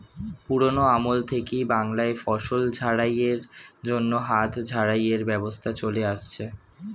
পুরোনো আমল থেকেই বাংলায় ফসল ঝাড়াই এর জন্য হাত ঝাড়াই এর ব্যবস্থা চলে আসছে